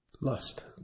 lust